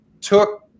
took